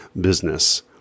business